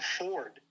afford